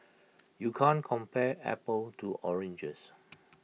you can't compare apples to oranges